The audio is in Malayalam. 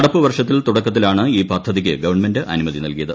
നടപ്പു വർഷത്തിന്റെ തുടക്കത്തിലാണ് ഈ പദ്ധതിക്ക് ഗവൺമെന്റ് അനുമതി നൽകിയത്